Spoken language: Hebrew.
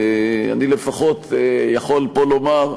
אני לפחות יכול פה לומר,